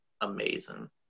amazing